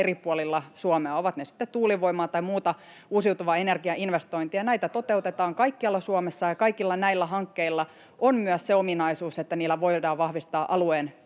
eri puolilla Suomea, ovat ne sitten tuulivoimaa tai muita uusiutuvan energian investointeja. Näitä toteutetaan kaikkialla Suomessa, ja kaikilla näillä hankkeilla on myös se ominaisuus, että niillä voidaan vahvistaa alueen